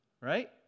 Right